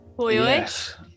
Yes